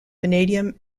vanadium